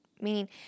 Meaning